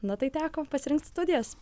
na tai teko pasirinkt studijas